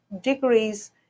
degrees